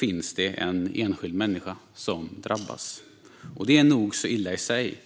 finns en enskild människa som drabbas. Det är nog så illa i sig.